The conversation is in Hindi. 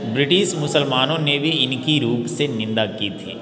ब्रिटिश मुसलमानों ने भी इनकी रूप से निंदा की थी